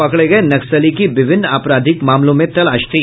पकड़े गये नक्सली की विभिन्न आपराधिक मामलों में तलाश थी